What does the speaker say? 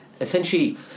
Essentially